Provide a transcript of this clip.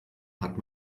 hat